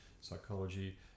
psychology